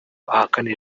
ahakane